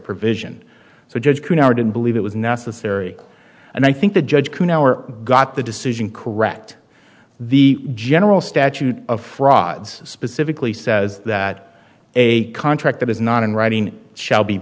provision so judge didn't believe it was necessary and i think the judge got the decision correct the general statute of frauds specifically says that a contract that is not in writing shall be